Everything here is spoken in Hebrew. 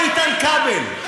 איתן כבל,